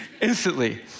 instantly